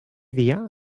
dia